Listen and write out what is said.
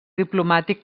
diplomàtic